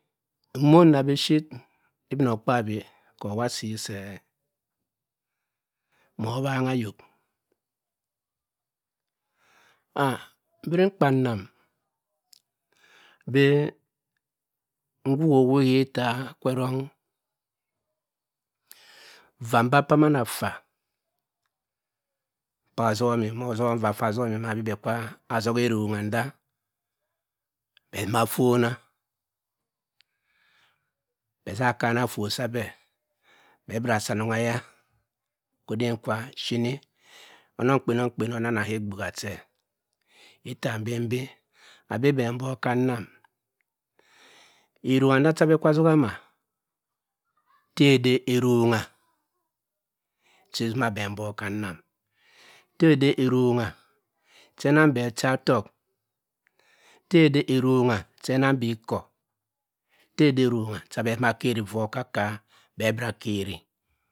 Mmohn na biphir. ibinokpabi kowa asi se mor owomga ayok a-- mbiri nkpamam bi nguho ohukki, ki iffa kwa erong, vaa mba paa man affa paa asomi, mor osom nva ffa asomi ma bi bhe akwa azoha erong a ndaa' bhe azima affonna, bhe za akamna phott sa bhe, bhe abira asi anong eya ko odem kwa phini onong kpenamkpen onnana ka egbigga che. itta mbembi abhe mbok ka nnam eronga nda cha abhe akwa asoha ma tte ede eronga cha ezuma bhe mbok ka nnam, tte ode eronga che onang bhe ochatokk, tte ode eronga cha enamg bhe ikor tte ede eronga cha abhe asima akeri va okakaa' bhe abira akeri.